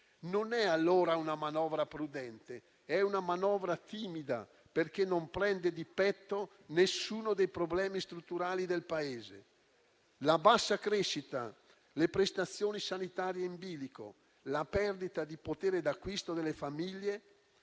Non è, dunque, una manovra prudente; è una manovra timida, perché non prende di petto nessuno dei problemi strutturali del Paese quali la bassa crescita, le prestazioni sanitarie in bilico, la perdita di potere d'acquisto delle famiglie,